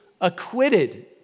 acquitted